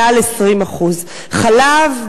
מעל 20%; חלב,